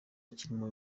kirimo